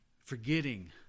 Forgetting